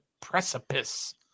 precipice